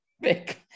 big